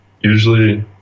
Usually